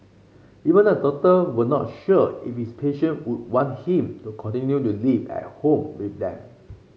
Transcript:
even the doctor were not sure if his passion would want him to continue to live at home with them